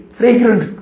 fragrant